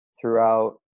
throughout